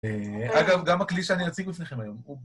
אגב, גם הכלי שאני אציג בפניכם היום הוא...